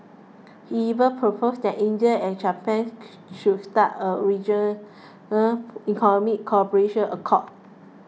he even proposed that India and Japan should start a regional economic cooperation accord